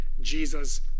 Jesus